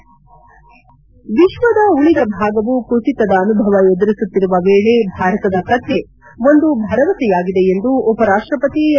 head ವಿಶ್ವದ ಉಳಿದ ಭಾಗವು ಕುಸಿತದ ಅನುಭವ ಎದುರಿಸುತ್ತಿರುವ ವೇಳೆ ಭಾರತದ ಕಥೆ ಒಂದು ಭರವಸೆಯಾಗಿದೆ ಎಂದು ಉಪರಾಷ್ಟಪತಿ ಎಂ